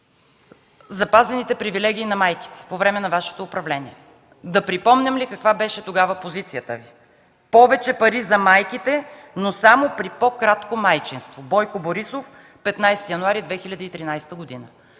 запазените привилегии на майките по време на Вашето управление. Да припомням ли каква беше позицията Ви тогава? – „Повече пари за майките, но само при по-кратко майчинство” – Бойко Борисов, 15 януари 2013 г.